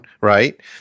right